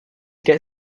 get